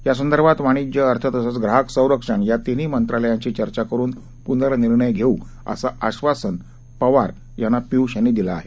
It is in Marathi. यासंदर्भात वाणिज्य अर्थ तसंच ग्राहक संरक्षण या तीन्ही मंत्रालयांशी चर्चा करुन पुर्ननिर्णय घेऊ असं आश्वासन पवार यांना दिलं आहे